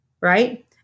right